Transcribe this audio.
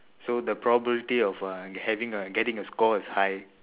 so the probability of uh having a getting a score is high